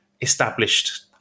established